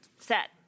Set